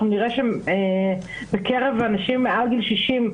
נראה שבקרב מעל גיל 60,